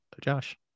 Josh